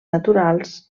naturals